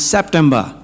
September